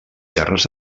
terres